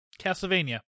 Castlevania